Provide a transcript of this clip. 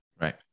Right